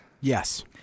Yes